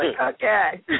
okay